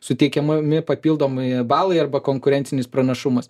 suteikiamami papildomai balai arba konkurencinis pranašumas